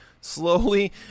slowly